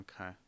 Okay